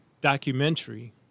documentary